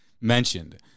mentioned